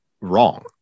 wrong